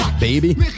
baby